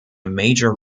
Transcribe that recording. major